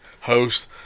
host